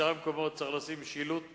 בשאר המקומות צריך לשים שילוט מתאים.